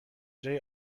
جای